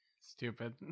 Stupid